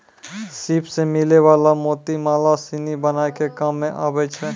सिप सें मिलै वला मोती माला सिनी बनाय के काम में आबै छै